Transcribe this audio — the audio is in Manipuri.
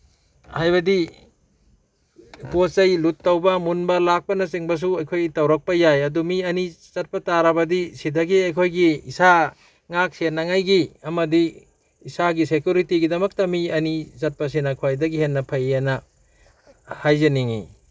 ꯍꯥꯏꯕꯗꯤ ꯄꯣꯠ ꯆꯩ ꯂꯨꯠ ꯇꯧꯕ ꯃꯨꯟꯕ ꯂꯥꯛꯄꯅꯆꯤꯡꯕꯁꯨ ꯑꯩꯈꯣꯏ ꯇꯧꯔꯛꯄ ꯌꯥꯏ ꯑꯗꯨ ꯃꯤ ꯑꯅꯤ ꯆꯠꯄ ꯇꯥꯔꯕꯗꯤ ꯁꯤꯗꯒꯤ ꯑꯩꯈꯣꯏꯒꯤ ꯏꯁꯥ ꯉꯥꯛ ꯁꯦꯟꯅꯉꯥꯏꯒꯤ ꯑꯃꯗꯤ ꯏꯁꯥꯒꯤ ꯁꯦꯀ꯭ꯌꯨꯔꯤꯇꯤꯒꯤꯗꯃꯛꯇ ꯃꯤ ꯑꯅꯤ ꯆꯠꯄꯁꯤꯅ ꯈ꯭ꯋꯥꯏꯗꯒꯤ ꯍꯦꯟꯅ ꯐꯩꯌꯦꯅ ꯍꯥꯏꯖꯅꯤꯡꯉꯤ